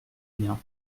bien